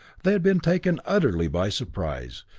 they had been taken utterly by surprise,